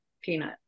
Peanut